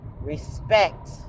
respect